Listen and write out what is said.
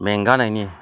मेंगानायनि